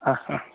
ஆ ஆ